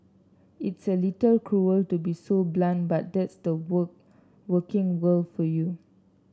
it's a little cruel to be so blunt but that's the work working world for you